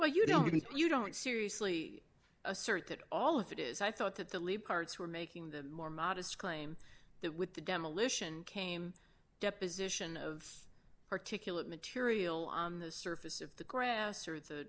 well you don't you don't seriously assert that all of it is i thought that the lead parts were making the more modest claim that with the demolition came deposition of particulate material on the surface of the grass or the